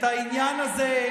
את העניין הזה,